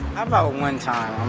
about one time.